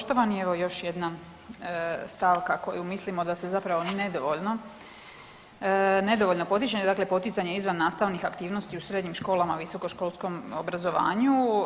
Poštovani, evo još jedna stavka koju mislimo da se zapravo nedovoljno, nedovoljno potiče, dakle poticanje izvan nastavnih aktivnosti u srednjim školama i visokoškolskom obrazovanju.